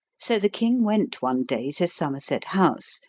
so the king went one day to somerset house,